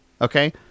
okay